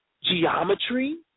Geometry